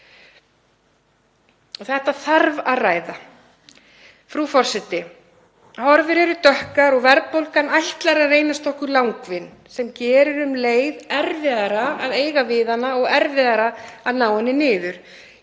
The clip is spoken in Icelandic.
Þetta þarf að ræða. Frú forseti. Horfur eru dökkar og verðbólgan ætlar að reynast okkur langvinn sem gerir um leið erfiðara að eiga við hana og ná henni niður.